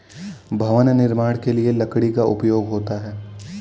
भवन निर्माण के लिए लकड़ी का उपयोग होता है